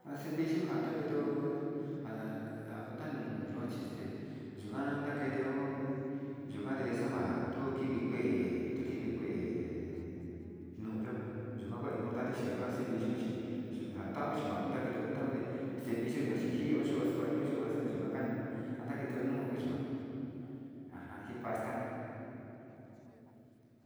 In ja ntontoo nu'uyo chi kanuu ja makivi kiti nonu'uyo chi ove kivi in kiti te uvixe ja yu'uyo te uvi.